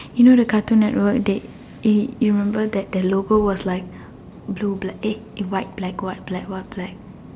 you know the cartoon network they you you remember that the logo was like blue black eh white black white black white black